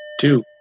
Two